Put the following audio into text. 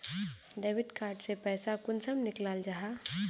Debit card से पैसा कुंसम निकलाल जाहा?